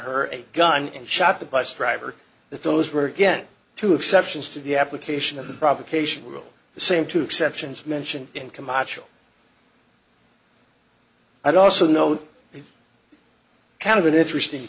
her a gun and shot the bus driver that those were again two exceptions to the application of the provocation rule the same two exceptions mentioned in camacho i'd also known it kind of an interesting